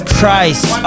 Christ